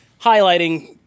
highlighting